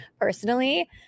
personally